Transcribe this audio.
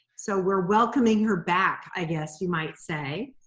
so we're welcoming her back i guess, you might say.